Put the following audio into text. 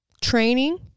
training